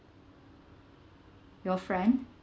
your friend